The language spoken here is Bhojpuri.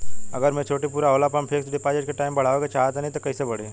अगर मेचूरिटि पूरा होला पर हम फिक्स डिपॉज़िट के टाइम बढ़ावे के चाहिए त कैसे बढ़ी?